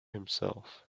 himself